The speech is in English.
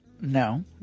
No